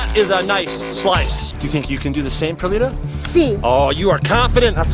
is a nice slice. do you think you can do the same, perlita? si. oh, you are confident. that's